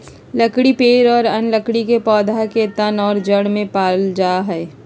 लकड़ी पेड़ और अन्य लकड़ी के पौधा के तन और जड़ में पाल जा हइ